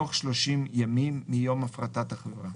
בתוך 30 ימים מיום הפרטת החברה.